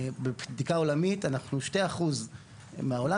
בבדיקה עולמית אנחנו 2% מהעולם,